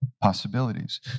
possibilities